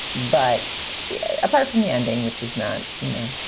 but yeah apart from the ending, which is not, you know,